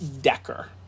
Decker